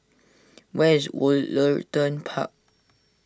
where is Woollerton Park